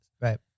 Right